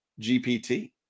GPT